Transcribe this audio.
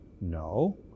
No